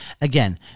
Again